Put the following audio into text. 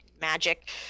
Magic